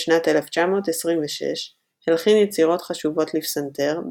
בשנת 1926 הלחין יצירות חשובות לפסנתר,